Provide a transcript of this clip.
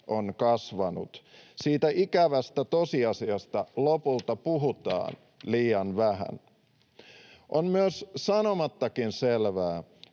on kasvanut. Siitä ikävästä tosiasiasta lopulta puhutaan liian vähän. On myös sanomattakin selvää,